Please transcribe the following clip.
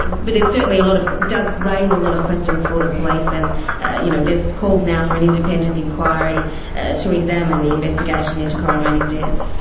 but, it certainly, a lot of, does raise a lot of questions for the police and you know, there's calls now for an independent inquiry to examine the investigation into corryn rayney's death.